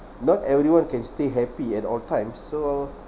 not everyone can stay happy at all time so